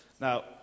Now